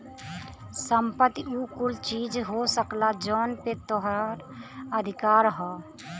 संपत्ति उ कुल चीज हो सकला जौन पे तोहार अधिकार हौ